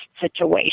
situation